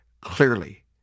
clearly